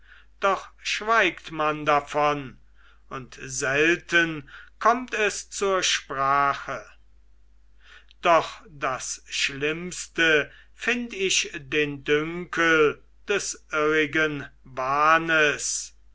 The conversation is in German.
doch schweigt man davon und selten kommt es zur sprache doch das schlimmste find ich den dünkel des irrigen wahnes